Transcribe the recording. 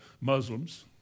Muslims